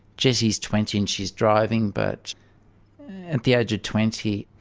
jessie is twenty and she's driving but at the age of twenty